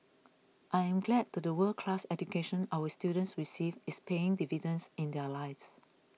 I am glad that the world class education our students receive is paying dividends in their lives